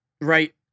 Right